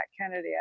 Kennedy